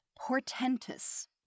portentous